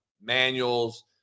manuals